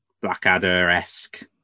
blackadder-esque